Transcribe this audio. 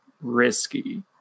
risky